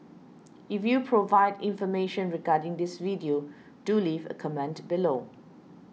if you can provide information regarding this video do leave a comment below